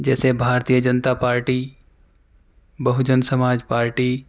جیسے Bharatiya Janata party Bahujan Samaj party